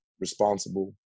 responsible